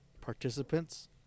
participants –